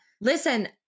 listen